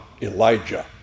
Elijah